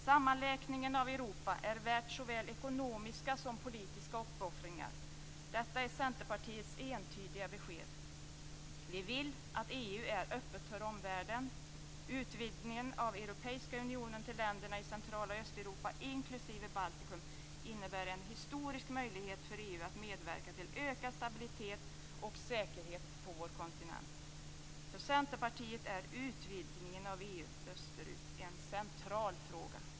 Sammanlänkningen av Europa är värt såväl ekonomiska som politiska uppoffringar. Detta är Centerpartiets entydiga besked. Vi vill att EU är öppet för omvärlden. Utvidgningen av Europeiska unionen till länderna i Central och Östeuropa, inklusive Baltikum, innebär en historisk möjlighet för EU att medverka till ökad stabilitet och säkerhet på vår kontinent. För Centerpartiet är utvidgningen av EU österut en central fråga.